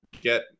get